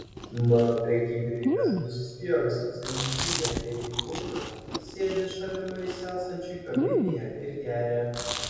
mano prekybininkas nusispjovęs į cementinę gėlių urną sėdi šalimais esančioj kavinėje ir geria